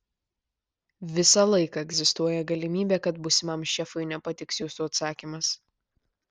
visą laiką egzistuoja galimybė kad būsimam šefui nepatiks jūsų atsakymas